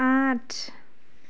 আঠ